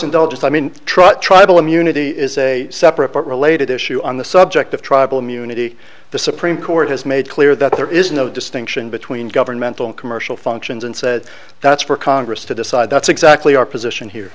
all just i mean try tribal immunity is a separate but related issue on the subject of tribal immunity the supreme court has made clear that there is no distinction between governmental and commercial functions and said that's for congress to decide that's exactly our position here